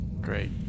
Great